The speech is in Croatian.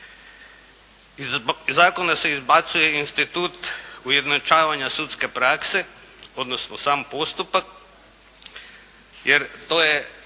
Iz zakona se izbacuje institut ujednačavanja sudske prakse, odnosno sam postupak, jer to je